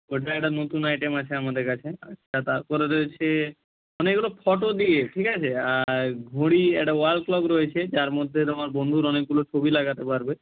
ওইটা একটা নতুন আইটেম আছে আমাদের কাছে আচ্ছা তারপরে রয়েছে অনেকগুলো ফটো দিয়ে ঠিক আছে আর ঘড়ি একটা ওয়াল ক্লক রয়েছে যার মধ্যে তোমার বন্ধুর অনেকগুলো ছবি লাগাতে পারবে